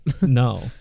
no